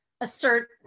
assert